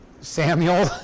Samuel